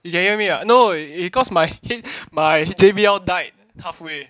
you can hear me not no it cause my my J_B_L died halfway